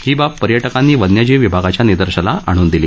ही बाब पर्यटकांनी वन्यजीव विभागाच्या निदर्शनाला आणून दिली